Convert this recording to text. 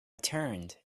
turned